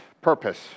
purpose